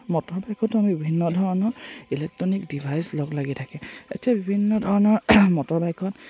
motor বাইকতো আমি বিভিন্ন ধৰণৰ ইলেক্ট্ৰনিক ডিভাইচ লগ লাগি থাকে এতিয়া বিভিন্ন ধৰণৰ মটৰ বাইকত